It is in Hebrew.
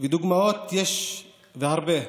ודוגמאות יש הרבה,